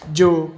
ਜੋ